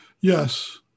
yes